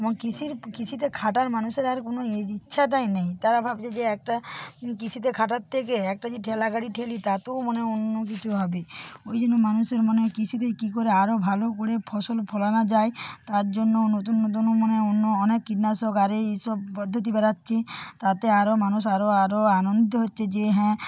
এবং কৃষির কৃষিতে খাটার মানুষের আর কোনও ইচ্ছাটাই নেই তারা ভাবছে যে একটা কৃষিতে খাটার থেকে একটা যদি ঠেলা গাড়ি ঠেলি তাতেও মনে অন্য কিছু হবে ওই জন্য মানুষের মনে কৃষিতে কী করে আরও ভালো করে ফসল ফলানো যায় তার জন্য নতুন নতুন মানে অন্য অনেক কীটনাশক আর এই সব পদ্ধতি বেরাচ্ছে তাতে আরও মানুষ আরও আরও আনন্দিত হচ্ছে যে হ্যাঁ